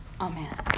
Amen